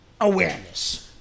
awareness